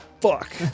fuck